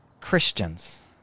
Christians